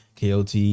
kot